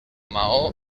maó